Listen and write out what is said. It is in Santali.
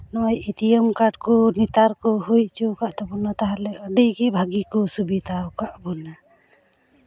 ᱱᱚᱣᱟ ᱮᱴᱤᱮᱢ ᱠᱟᱨᱰ ᱠᱚ ᱱᱮᱛᱟᱨ ᱠᱚ ᱦᱩᱭ ᱦᱚᱪᱚᱣᱠᱟᱜ ᱛᱟᱵᱚᱱᱟ ᱛᱟᱦᱞᱮ ᱟᱹᱰᱤ ᱜᱮ ᱵᱷᱟᱹᱜᱤ ᱠᱚ ᱥᱩᱵᱤᱫᱷᱟᱣ ᱠᱟᱜ ᱵᱚᱱᱟ